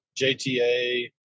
jta